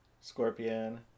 Scorpion